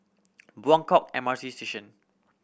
Buangkok M R T Station